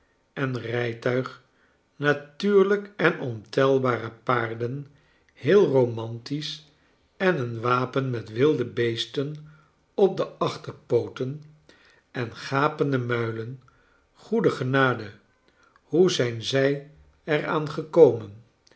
en rijtuig natuurlijk en ontelbare paarden heel romantisch en een wapen met wilde beesten op de achterpooten en gapende muilen goede genade hoe zijn zij er aan gekomen